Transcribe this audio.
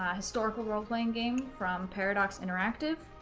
ah historical role-playing game from paradox interactive,